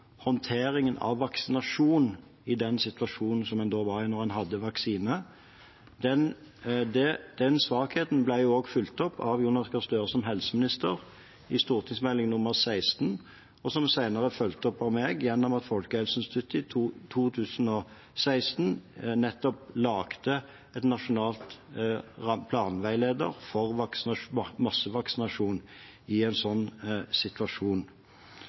en hadde vaksine. Den svakheten ble fulgt opp av Jonas Gahr Støre som helseminister i Meld. St. nr. 16 for 2012–2013 og senere av meg gjennom at Folkehelseinstituttet i 2016 laget en nasjonal planveileder for massevaksinasjon i en slik situasjon.